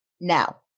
Now